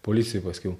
policijai paskiau